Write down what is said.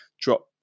drop